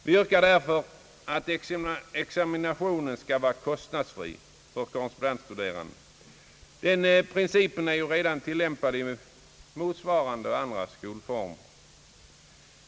Vi yrkar därför att examinationen skall vara kostnadsfri för korrespondensstuderande. Den principen är redan tillämpad i motsvarande och andra skolformer.